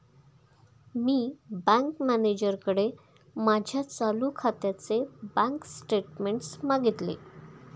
मी bank मॅनेजरकडे माझ्या चालू खात्याचे बँक स्टेटमेंट्स मागितले